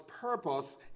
purpose